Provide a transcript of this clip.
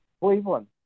Cleveland